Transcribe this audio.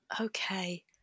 Okay